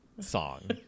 Song